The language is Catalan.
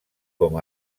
com